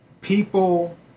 People